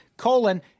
colon